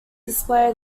display